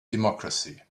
democracy